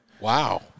Wow